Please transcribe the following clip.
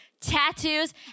tattoos